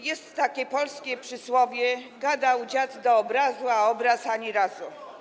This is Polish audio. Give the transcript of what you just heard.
Jest takie polskie przysłowie: gadał dziad do obrazu, a obraz ani razu.